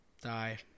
Die